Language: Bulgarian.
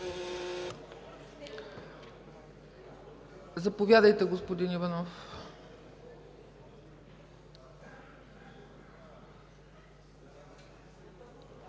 Заповядайте, господин Иванов.